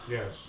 Yes